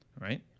Right